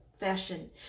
fashion